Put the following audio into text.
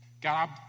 God